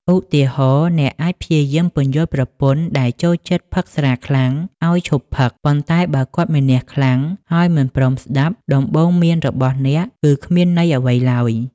ឧទាហរណ៍៖ អ្នកអាចព្យាយាមពន្យល់ប្រពន្ធដែលចូលចិត្តផឹកស្រាខ្លាំងឱ្យឈប់ផឹក ប៉ុន្តែបើគាត់មានះខ្លាំង ហើយមិនព្រមស្ដាប់ ដំបូន្មានរបស់អ្នកគឺគ្មានន័យអ្វីឡើយ។